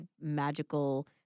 magical